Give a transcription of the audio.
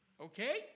Okay